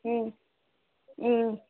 ம் ம்